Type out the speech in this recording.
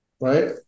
right